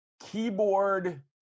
keyboard